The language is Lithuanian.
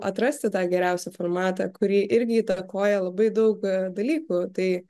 atrasti tą geriausią formatą kurį irgi įtakoja labai daug dalykų tai